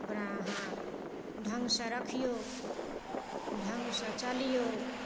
ओकरा अहाँ ढङ्गसँ रखियौ ढङ्गसँ चलियौ